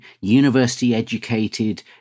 university-educated